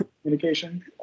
communication